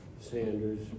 Sanders